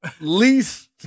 least